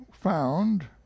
found